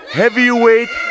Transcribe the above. heavyweight